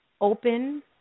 open